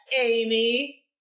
Amy